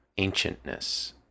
ancientness